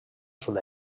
sud